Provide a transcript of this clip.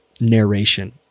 narration